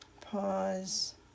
pause